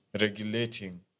regulating